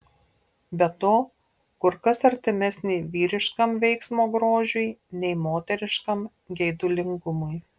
be to kur kas artimesnė vyriškam veiksmo grožiui nei moteriškam geidulingumui